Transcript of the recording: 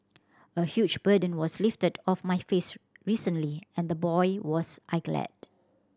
a huge burden was lifted off my face recently and boy was I glad